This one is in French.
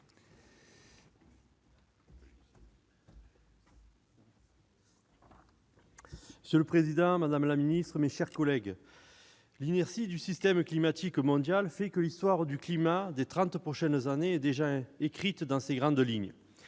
Monsieur le président, madame la ministre, mes chers collègues, l'inertie du système climatique mondial fait que l'histoire du climat des trente prochaines années est déjà écrite dans ses grandes lignes.